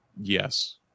Yes